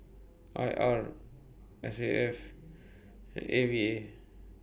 I R S A F and A V A